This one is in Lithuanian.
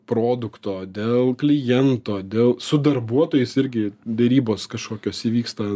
produkto dėl kliento dėl su darbuotojais irgi derybos kažkokios įvyksta